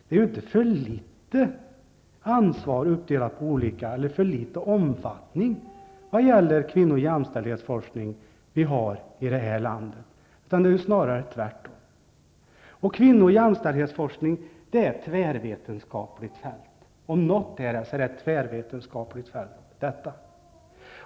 Det är ju inte för liten omfattning när det gäller den kvinno och jämställdhetsforskning vi har här i landet, utan snarare tvärtom. Om något är ett tvärvetenskapligt fält, så är det kvinno och jämställdhetsforskning.